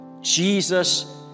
Jesus